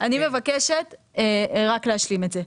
אני מבקשת רק להשלים את זה.